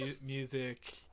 music